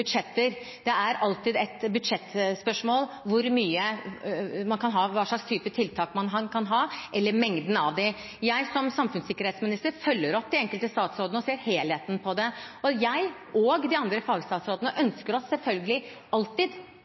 Det er alltid et budsjettspørsmål hvilke typer tiltak man kan ha, eller mengden av dem. Jeg som samfunnssikkerhetsminister følger opp de enkelte statsrådene og ser helheten i det. Jeg og de andre fagstatsrådene ønsker oss selvfølgelig alltid